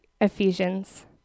ephesians